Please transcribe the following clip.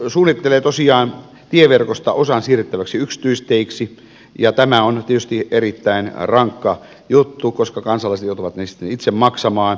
hallitus suunnittelee tosiaan tieverkosta osaa siirrettäväksi yksityisteiksi ja tämä on tietysti erittäin rankka juttu koska kansalaiset joutuvat ne sitten itse maksamaan